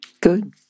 Good